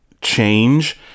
change